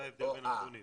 זה ההבדל בין הנתונים.